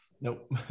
nope